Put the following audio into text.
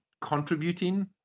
contributing